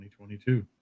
2022